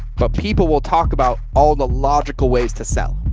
but people will talk about all the logical ways to sell,